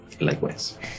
Likewise